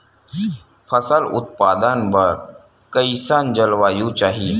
फसल उत्पादन बर कैसन जलवायु चाही?